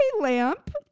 lamp